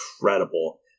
incredible